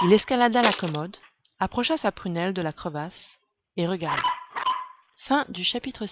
il escalada la commode approcha sa prunelle de la crevasse et regarda chapitre